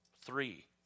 Three